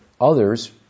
others